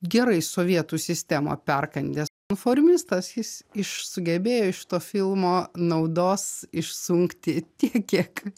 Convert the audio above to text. gerai sovietų sistemą perkandę konformistas jis iš sugebėjo iš to filmo naudos išsunkti tiek kiek